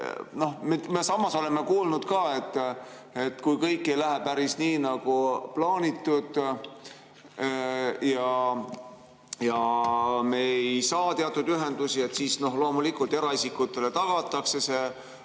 Samas me oleme kuulnud, et kui kõik ei lähe päris nii nagu plaanitud ja me ei saa teatud ühendusi, siis loomulikult eraisikutele tagatakse